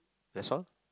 that's all